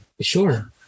Sure